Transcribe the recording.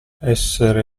essere